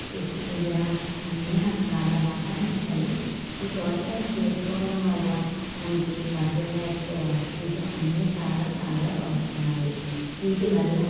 విస్తృంజన అన్ని నాకు చాలా బాగా నచ్చాయి ఈ తోటపని చేసుకోవడం వల్ల మనకి కార్బన్ డయాక్సైడ్ ఆక్సిజన్ అన్ని చాలా బాగా వస్తున్నాయి వీటివల్ల